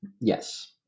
Yes